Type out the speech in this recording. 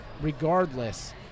regardless